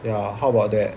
ya how about that